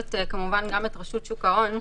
המחייבת כמובן גם את רשות שוק ההון,